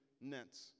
nets